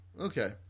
Okay